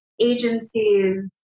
agencies